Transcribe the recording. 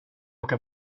åka